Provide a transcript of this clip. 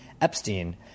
Epstein